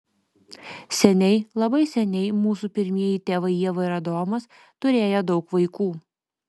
seniai labai seniai mūsų pirmieji tėvai ieva ir adomas turėję daug vaikų